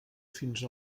fins